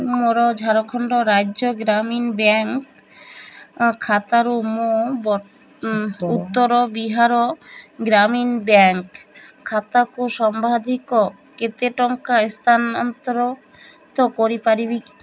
ମୁଁ ମୋର ଝାଡ଼ଖଣ୍ଡ ରାଜ୍ୟ ଗ୍ରାମୀଣ ବ୍ୟାଙ୍କ ଖାତାରୁ ମୋ ଉତ୍ତର ବିହାର ଗ୍ରାମୀଣ ବ୍ୟାଙ୍କ ଖାତାକୁ ସର୍ବାଧିକ କେତେ ଟଙ୍କା ସ୍ଥାନାନ୍ତରିତ କରିପାରିବି